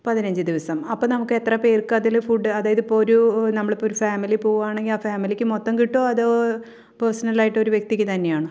പതിനഞ്ച് ദിവസം അപ്പോൾ നമുക്കെത്ര പേർക്ക് അതിൽ ഫുഡ് അതായത് ഇപ്പോൾ ഒരു നമ്മളിപ്പോൾ ഒരു ഫാമിലി പോവുകയാണെങ്കിൽ ആ ഫാമിലിക്ക് മൊത്തം കിട്ടുമോ അതോ പേഴ്സണലായിട്ട് ഒരു വ്യക്തിക്ക് തന്നെയാണോ